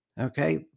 okay